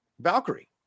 Valkyrie